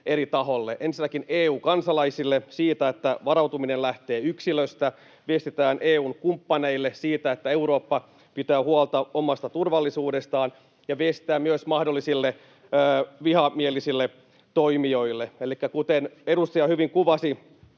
eri taholle: Ensinnäkin EU-kansalaisille siitä, että varautuminen lähtee yksilöstä, viestitään EU:n kumppaneille siitä, että Eurooppa pitää huolta omasta turvallisuudestaan, ja viestitään myös mahdollisille vihamielisille toimijoille. Elikkä, kuten edustaja hyvin kuvasi,